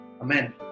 Amen